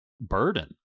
burden